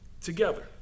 together